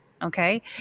Okay